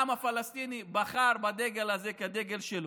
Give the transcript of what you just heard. העם הפלסטיני בחר בדגל הזה כדגל שלו.